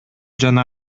жана